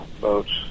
boats